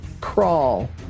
crawl